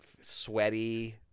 sweaty